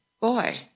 boy